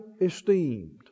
esteemed